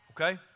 Okay